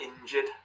injured